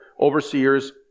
Overseers